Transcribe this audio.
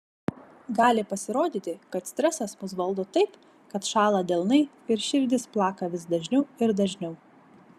gali pasirodyti kad stresas mus valdo taip kad šąla delnai ir širdis plaka vis dažniau ir dažniau